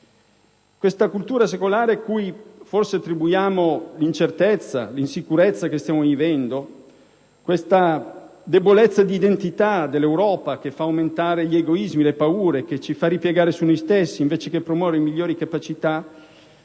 alla cultura secolare a cui forse attribuiamo l'incertezza, l'insicurezza che stiamo vivendo, questa debolezza d'identità dell'Europa che fa aumentare gli egoismi, le paure, che ci fa ripiegare su noi stessi invece di promuovere le migliori capacità;